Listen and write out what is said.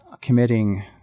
committing